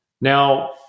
Now